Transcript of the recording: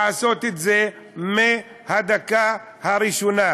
לעשות את זה מהדקה הראשונה.